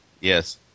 Yes